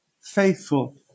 faithful